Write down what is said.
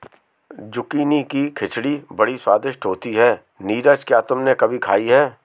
Zucchini की खिचड़ी बड़ी स्वादिष्ट होती है नीरज क्या तुमने कभी खाई है?